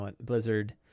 blizzard